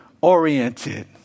oriented